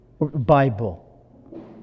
Bible